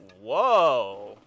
Whoa